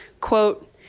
Quote